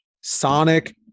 Sonic